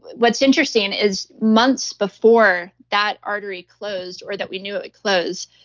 what's interesting is months before that artery closed or that we knew it would close,